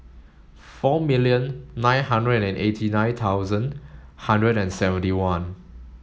four million nine hundred and eighty nine thousand hundred and seventy one